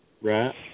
right